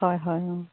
হয় হয় অঁ